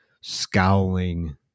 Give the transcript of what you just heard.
scowling